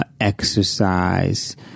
exercise